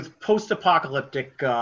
post-apocalyptic